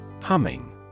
Humming